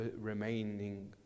remaining